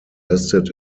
listed